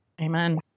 Amen